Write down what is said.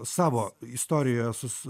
savo istorija su su